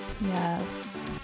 Yes